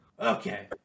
Okay